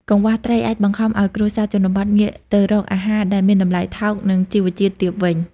កង្វះត្រី អាចបង្ខំឱ្យគ្រួសារជនបទងាកទៅរកអាហារដែលមានតម្លៃថោក និងជីវជាតិទាបវិញ។